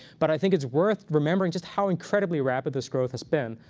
but i think it's worth remembering just how incredibly rapid this growth has been,